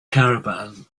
caravan